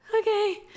Okay